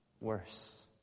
worse